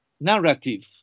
narrative